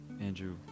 Andrew